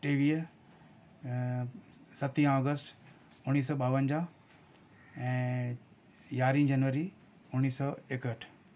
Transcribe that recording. टेवीह सतहीं ऑगस्ट उणिवीह सौ ॿावनजाह ऐं यारहीं जनवरी उणिवीह सौ एकहठि